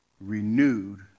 renewed